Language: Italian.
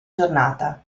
giornata